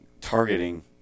targeting